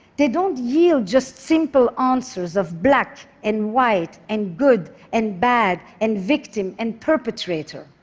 they don't yield just simple answers of black and white and good and bad, and victim and perpetrator.